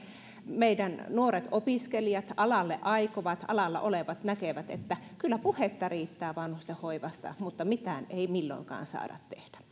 meidän nuoret opiskelijat alalle aikovat ja alalla olevat näkevät että kyllä puhetta riittää vanhustenhoivasta mutta mitään ei milloinkaan saada tehtyä